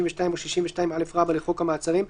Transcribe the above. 62 או 62א לחוק המעצרים,